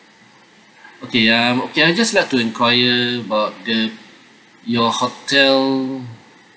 okay um okay I just like to enquire about the your hotel